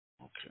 Okay